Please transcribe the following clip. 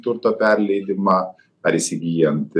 turto perleidimą ar įsigyjant